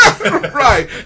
Right